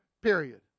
period